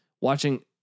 watching